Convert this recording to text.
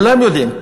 כולם יודעים,